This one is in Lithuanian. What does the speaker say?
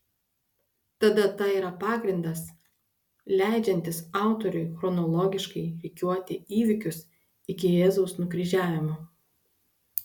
ta data yra pagrindas leidžiantis autoriui chronologiškai rikiuoti įvykius iki jėzaus nukryžiavimo